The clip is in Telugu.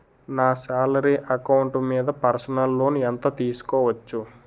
నా సాలరీ అకౌంట్ మీద పర్సనల్ లోన్ ఎంత తీసుకోవచ్చు?